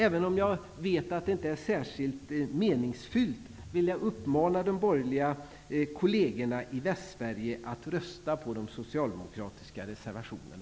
Även om jag vet att det inte är särskilt meningsfyllt uppmanar jag de borgerliga kollegerna i Västsverige att rösta på de socialdemokratiska reservationerna.